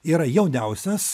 yra jauniausias